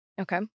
Okay